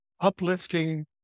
uplifting